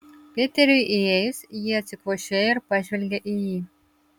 peteriui įėjus ji atsikvošėjo ir pažvelgė į jį